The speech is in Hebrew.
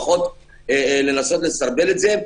פחות לסרבל את זה,